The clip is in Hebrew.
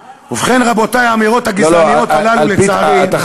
ובכן, רבותי, האמירות הגזעניות הללו, לצערי,